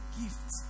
gift